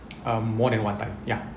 um more than one type ya